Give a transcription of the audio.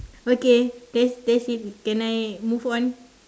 okay that's that's it can I move on